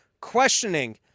questioning